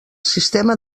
sistema